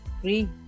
free